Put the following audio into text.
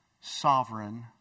sovereign